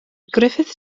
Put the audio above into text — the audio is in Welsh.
griffith